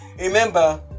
Remember